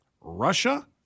Russia